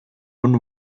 own